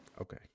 Okay